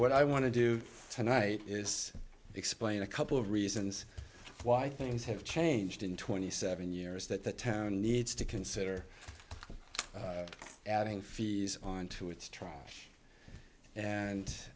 what i want to do tonight is explain a couple of reasons why things have changed in twenty seven years that the town needs to consider adding fees onto its truck and